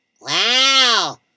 Wow